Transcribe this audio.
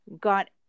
got